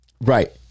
Right